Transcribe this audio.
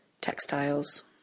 Textiles